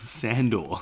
Sandor